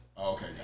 okay